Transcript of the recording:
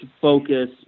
focus